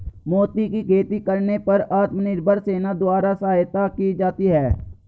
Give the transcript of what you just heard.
मोती की खेती करने पर आत्मनिर्भर सेना द्वारा सहायता की जाती है